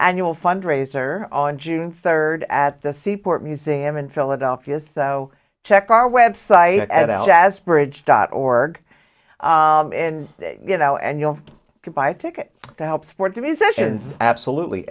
annual fundraiser on june third at the seaport museum in philadelphia so check our website at as bridge dot org and you know and you can buy a ticket to help support the musicians absolutely